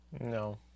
no